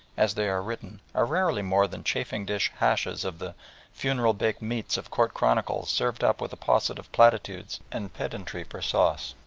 as they are written, are rarely more than chafing-dish hashes of the funeral baked meats of court chronicles served up with a posset of platitudes and pedantry for sauce.